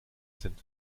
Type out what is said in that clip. sind